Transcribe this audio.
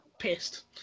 pissed